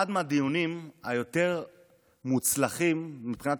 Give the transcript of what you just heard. אחד מהדיונים היותר-מוצלחים מבחינת